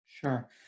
Sure